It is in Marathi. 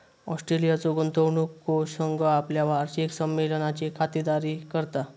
ऑस्ट्रेलियाचो गुंतवणूक कोष संघ आपल्या वार्षिक संमेलनाची खातिरदारी करता